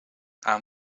aan